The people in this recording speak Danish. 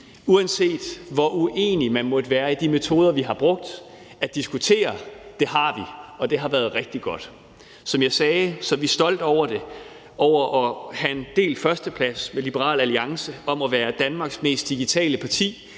uanset hvor uenige man måtte være i de metoder, vi har brugt – at diskuteret har vi, og det har været rigtig godt. Som jeg sagde, er vi stolte over at have en delt førsteplads med Liberal Alliance om at være Danmarks mest digitale parti